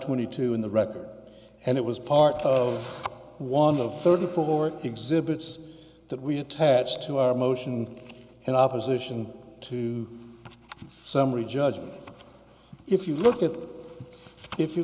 twenty two in the record and it was part of one of thirty four exhibits that we attached to our motion in opposition to summary judgment if you look at it if you